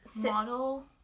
model